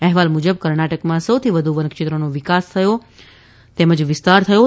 અહેવાલ મુજબ કર્ણાટકમાં સૌથી વધુ વન ક્ષેત્રનો વિસ્તાર થયો છે